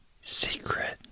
secret